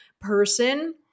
person